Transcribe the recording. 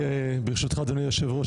ברשותך אדוני היושב ראש,